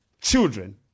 children